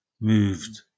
Moved